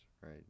right